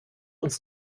uns